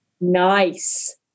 Nice